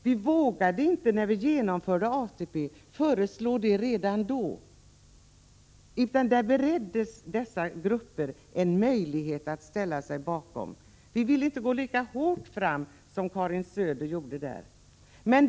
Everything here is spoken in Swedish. Vi vågade inte föreslå det redan då vi genomförde ATP, utan då bereddes dessa grupper en möjlighet att ansluta sig. Vi ville inte gå lika hårt fram som Karin Söder sedan gjorde.